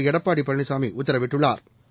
Edappadi Palaniswami உத்தரவிட்டுள்ளாா்